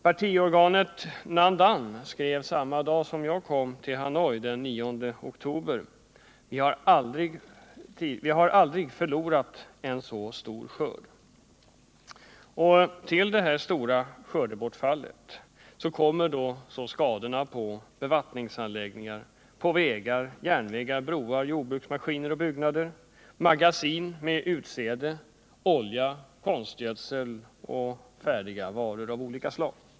Partiorganet Nhan Dan skrev samma dag som jag kom till Hanoi, den 9 oktober: ”Vi har aldrig förlorat en så stor skörd.” Till det stora skördebortfallet kommer skadorna på bevattningsanläggningarna, på vägar, järnvägar, broar, jordbruksmaskiner och byggnader, magasin med utsäde, olja, konstgödsel och färdiga varor av olika slag.